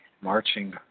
marching